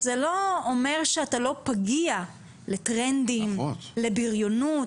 זה לא אומר שאתה פגיע לטרנדים, לבריונות.